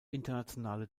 internationale